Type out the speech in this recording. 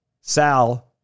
Sal